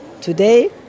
today